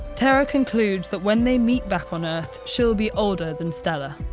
terra concludes that when they meet back on earth, she'll be older than stella.